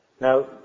Now